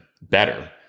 better